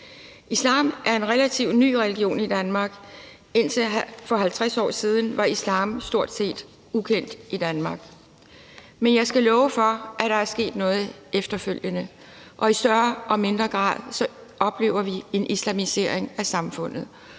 Islam er en relativt ny religion i Danmark. Indtil for 50 år siden var islam stort set ukendt i Danmark. Men jeg skal love for, at der er sket noget efterfølgende, og i større eller mindre grad oplever vi en islamisering af samfundet.